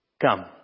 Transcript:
come